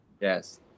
Yes